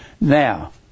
Now